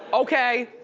okay,